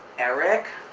eric.